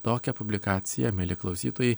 tokią publikaciją mieli klausytojai